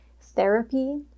therapy